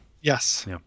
Yes